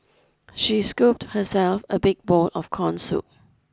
she scooped herself a big bowl of corn soup